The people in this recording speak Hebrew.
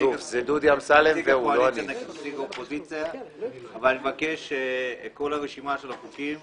- נציג הקואליציה ונציג האופוזיציה - אבל אני מבקש שכל רשימת החוקים